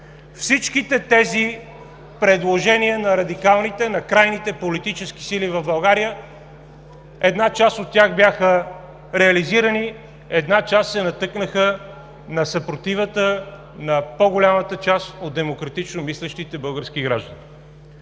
Всичките тези предложения на радикалните, на крайните политически сили в България – една част от тях бяха реализирани, една част се натъкнаха на съпротивата на по-голямата част от демократично мислещите български граждани.